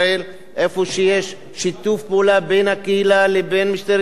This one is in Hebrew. איפה שיש שיתוף פעולה בין הקהילה לבין משטרת ישראל,